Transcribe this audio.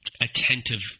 attentive